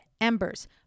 Embers